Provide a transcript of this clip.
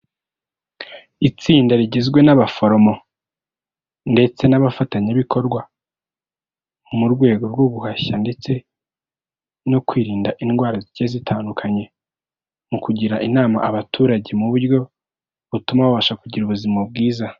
Itsinda rigizwe n'abaforomo ndetse n'abafatanyabikorwa mu rwego rwo guhashya ndetse no kwirinda indwara zigiye zitandukanye, mu kugira inama abaturage mu buryo butuma babasha kugira ubuzima bwiza.